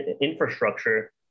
infrastructure